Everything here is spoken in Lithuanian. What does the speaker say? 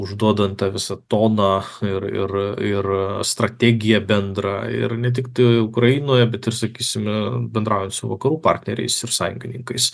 užduodant tą visą toną ir ir ir strategiją bendra ir ne tiktai ukrainoje bet ir sakysime bendraujant su vakarų partneriais ir sąjungininkais